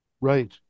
Right